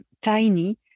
tiny